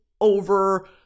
over